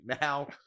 now